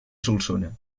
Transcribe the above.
solsona